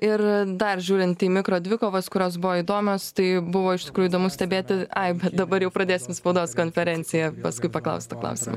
ir dar žiūrint į mikrodvikovas kurios buvo įdomios tai buvo iš tikrųjų įdomu stebėti ai bet dabar jau pradėsim spaudos konferenciją paskui paklausiu to klausimo